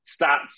stats